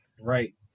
right